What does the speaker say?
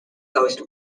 host